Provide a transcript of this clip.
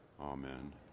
Amen